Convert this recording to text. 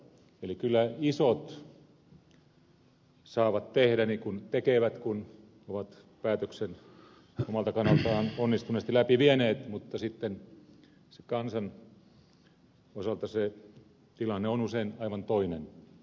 eli kyllä isot saavat tehdä niin kuin tekevät kun ovat päätöksen omalta kannaltaan onnistuneesti läpi vieneet mutta sitten kansan osalta se tilanne on usein aivan toinen